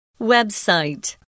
Website